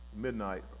midnight